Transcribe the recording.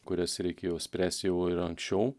kurias reikėjo spręst jau ir anksčiau